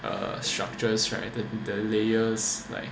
uh structures right the layers like